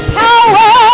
power